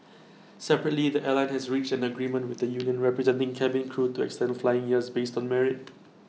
separately the airline has reached an agreement with the union representing cabin crew to extend flying years based on merit